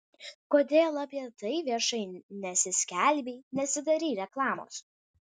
kodėl apie tai viešai nesiskelbei nesidarei reklamos